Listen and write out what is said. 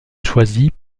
choisit